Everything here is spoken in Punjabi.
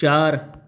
ਚਾਰ